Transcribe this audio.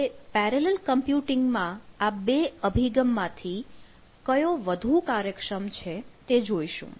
હવે પેરેલલ કમ્પ્યુટિંગમાં આ બે અભિગમમાંથી કયો વધુ કાર્યક્ષમ છે તે જોઈશું